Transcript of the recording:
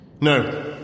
No